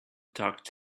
tucked